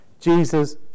Jesus